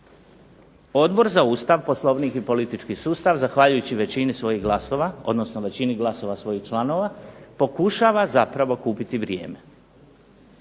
Odbor za Ustav, Poslovnik i politički sustav zahvaljujući većini svojih glasova, odnosno većini glasova svojih članova pokušava zapravo kupiti vrijeme.